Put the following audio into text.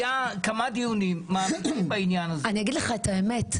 היו כמה דיונים מעמיקים בעניין הזה --- אני אגיד לך את האמת,